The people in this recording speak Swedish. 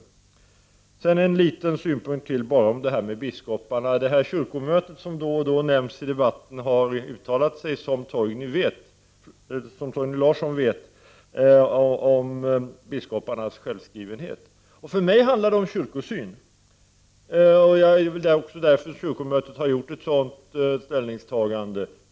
Sedan vill jag komma med en ytterligare liten synpunkt rörande debatten om biskoparna. Det kyrkomöte som då och då nämns i debatten har, som Torgny Larsson vet, uttalat sig om biskoparnas självskrivenhet. För mig handlar detta om kyrkosyn. Det är väl också därför som kyrkomötet har gjort ett sådant ställningstagande.